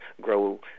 grow